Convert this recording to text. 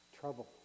Trouble